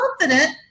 confident